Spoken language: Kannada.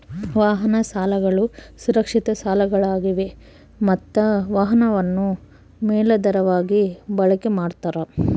ವಾಹನ ಸಾಲಗಳು ಸುರಕ್ಷಿತ ಸಾಲಗಳಾಗಿವೆ ಮತ್ತ ವಾಹನವನ್ನು ಮೇಲಾಧಾರವಾಗಿ ಬಳಕೆ ಮಾಡ್ತಾರ